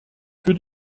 für